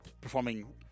performing